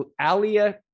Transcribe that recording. Alia